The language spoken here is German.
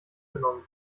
genommen